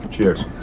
Cheers